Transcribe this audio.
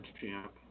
champ